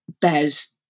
bears